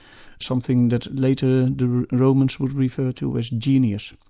something that later the romans would refer to as genius.